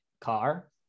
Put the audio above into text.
car